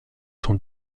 son